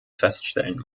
feststellen